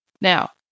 Now